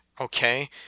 okay